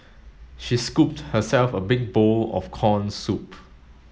she scooped herself a big bowl of corn soup